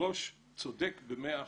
היושב-ראש צודק במאה אחוז.